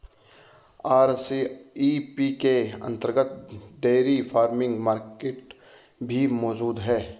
RCEP के अंतर्गत dairy farming market भी मौजूद है